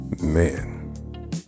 man